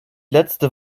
letzte